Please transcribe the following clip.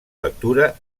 lectura